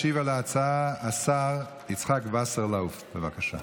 ישיב על ההצעה השר יצחק וסרלאוף, בבקשה.